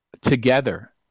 together